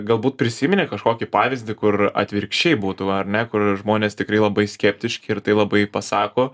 galbūt prisimeni kažkokį pavyzdį kur atvirkščiai būtų ar ne kur žmonės tikrai labai skeptiški ir tai labai pasako